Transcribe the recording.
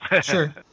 Sure